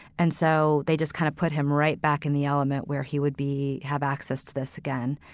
and so they just kind of put him right back in the element where he would be have access to this again.